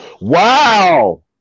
Wow